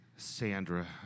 Sandra